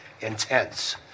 intense